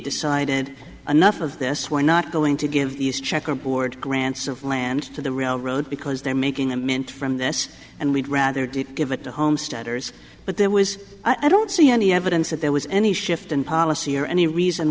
decided enough of this we're not going to give these checkerboard grants of land to the railroad because they're making a mint from this and we'd rather did give it to homesteaders but there was i don't see any evidence that there was any shift in policy or any reason